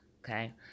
okay